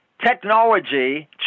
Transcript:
technology